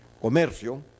comercio